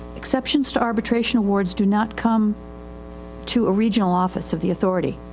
exceptions to arbitration awards do not come to a regional office of the authority.